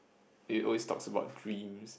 it always talks about dreams